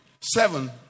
Seven